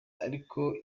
ariko